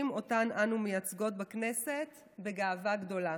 שאותן אנו מייצגות בכנסת בגאווה גדולה.